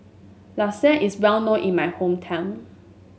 lasagne is well known in my hometown